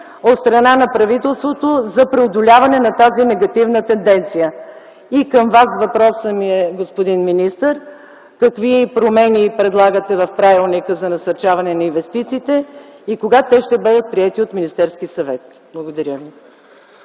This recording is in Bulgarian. от страна на правителството за преодоляване на тази негативна тенденция. И въпросът ми към Вас, господин министър, е какви промени предлагате в Правилника за насърчаване на инвестициите и кога те ще бъдат приети от Министерския съвет? Благодаря.